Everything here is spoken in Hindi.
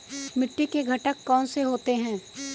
मिट्टी के घटक कौन से होते हैं?